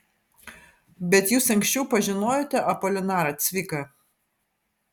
bet jūs anksčiau pažinojote apolinarą cviką